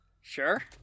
Sure